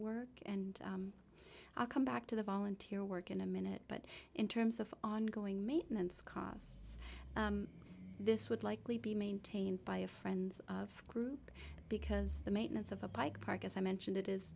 work and i'll come back to the volunteer work in a minute but in terms of ongoing maintenance costs this would likely be maintained by a friends of group because the maintenance of the pike park as i mentioned it is